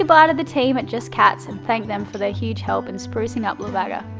ah but the team at just cats and thanked them for their huge help in sprucing up la vaga.